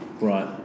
right